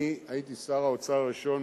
אני הייתי שר האוצר הראשון,